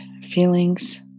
feelings